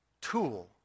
tool